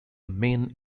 main